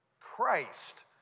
Christ